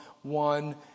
One